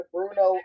Bruno